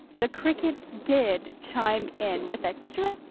the cricket did chime in! with a chirrup,